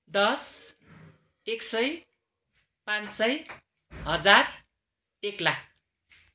दस एक सय पाँच सय हजार एक लाख